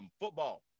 football